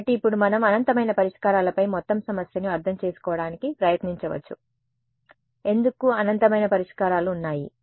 కాబట్టి ఇప్పుడు మనం అనంతమైన పరిష్కారాలపై మొత్తం సమస్యను అర్థం చేసుకోవడానికి ప్రయత్నించవచ్చు ఎందుకు అనంతమైన పరిష్కారాలు ఉన్నాయి